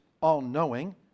all-knowing